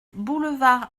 boulevard